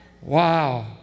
Wow